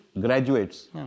graduates